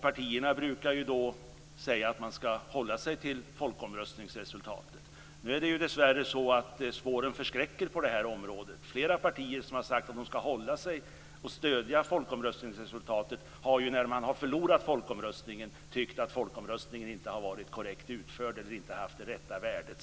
Partierna brukar ju säga att man ska hålla sig till folkomröstningsresultatet. Dessvärre förskräcker spåren på det här området. Flera partier som har sagt att de ska hålla sig till och stödja folkomröstningsresultatet har när de har förlorat folkomröstningen tyckt att den inte har varit korrekt utförd eller inte haft det rätta värdet.